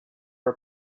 are